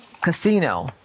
casino